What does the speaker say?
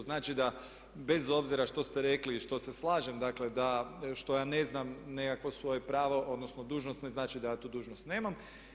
Znači da bez obzira što ste rekli i što se slažem dakle da što ja ne znam nekakvo svoje pravo odnosno dužnost ne znači da ja tu dužnost nemam.